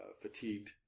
fatigued